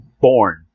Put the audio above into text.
born